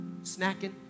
snacking